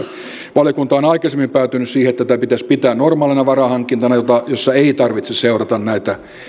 valiokunta on aikaisemmin päätynyt siihen että tätä pitäisi pitää normaalina varainhankintana jossa ei tarvitse seurata näitä